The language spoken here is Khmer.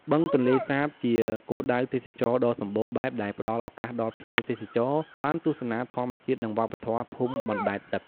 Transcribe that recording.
បឹងទន្លេសាបជាគោលដៅទេសចរដ៏សម្បូរបែបដែលផ្តល់ឱកាសដល់ភ្ញៀវទេសចរបានទស្សនាធម្មជាតិ និងវប្បធម៌ភូមិបណ្ដែតទឹក។